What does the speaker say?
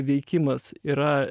veikimas yra